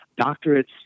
doctorates